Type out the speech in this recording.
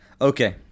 Okay